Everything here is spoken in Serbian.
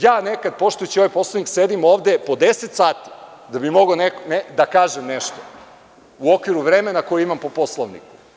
Ja nekada, poštujući ovaj Poslovnik, sedim ovde po deset sati da bi mogao nekome da kažem nešto u okviru vremena koje imam po Poslovniku.